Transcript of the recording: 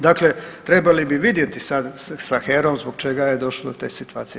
Dakle, trebali bi vidjeti sa HERA-om zbog čega je došlo do te situacije.